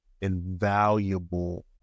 invaluable